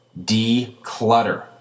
declutter